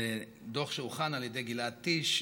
זה דוח שהוכן על ידי גלעד טיש,